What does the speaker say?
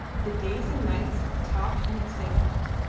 the days and nights of talk and excitement.